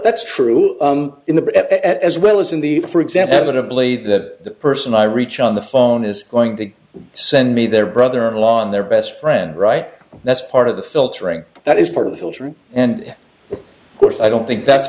that's true in the as well as in the for example evidently the person i reach on the phone is going to send me their brother in law in their best friend right that's part of the filtering that is part of the children and of course i don't think that's